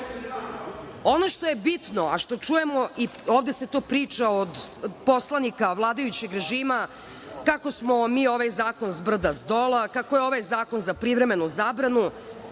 što je bitno, a što čujemo i ovde se to priča od poslanika vladajućeg režima kako smo mi ovaj zakona zbrda - zdola, kako je ovaj zakon za privremenu zabranu,